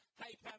hey